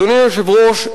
אדוני היושב-ראש,